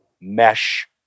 mesh